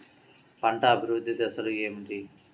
పంట అభివృద్ధి దశలు ఏమిటి?